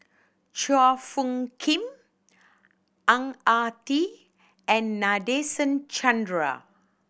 Chua Phung Kim Ang Ah Tee and Nadasen Chandra